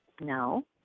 no